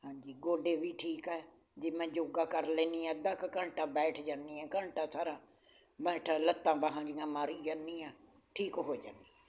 ਹਾਂਜੀ ਗੋਡੇ ਵੀ ਠੀਕ ਹੈ ਜੇ ਮੈਂ ਯੋਗਾ ਕਰ ਲੈਂਦੀ ਹਾਂ ਅੱਧਾ ਕੁ ਘੰਟਾ ਬੈਠ ਜਾਂਦੀ ਹਾਂ ਘੰਟਾ ਸਾਰਾ ਬੈਠ ਲੱਤਾਂ ਬਾਹਾਂ ਜਿਹੀਆਂ ਮਾਰੀ ਜਾਂਦੀ ਹਾਂ ਠੀਕ ਹੋ ਜਾਂਦੀ ਹਾਂ